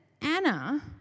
Anna